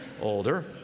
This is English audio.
older